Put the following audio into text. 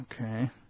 Okay